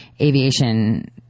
aviation